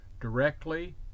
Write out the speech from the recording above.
directly